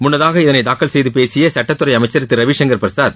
முன்னதாக இதனை தாக்கல் செய்து பேசிய சட்டத்துறை அமைச்சர் திரு ரவிசங்கர் பிரசாத்